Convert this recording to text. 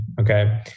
okay